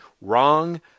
wrong